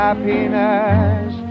Happiness